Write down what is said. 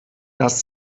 das